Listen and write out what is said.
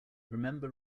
remember